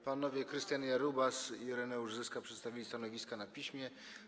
Panowie Krystian Jarubas i Ireneusz Zyska przedstawili stanowiska na piśmie.